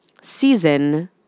season